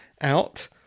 out